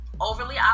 Overly